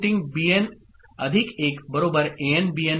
Bn Substituting Bn1 An